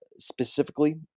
specifically